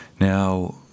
now